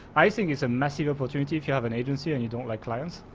i think it's a massive opportunity. if you have an agency and you don't like clients.